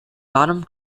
bottom